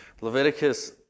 Leviticus